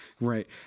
right